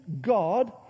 God